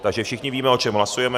Takže všichni víme, o čem hlasujeme.